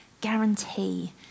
guarantee